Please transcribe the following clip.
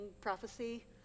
prophecy